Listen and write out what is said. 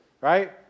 right